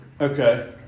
Okay